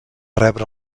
rebre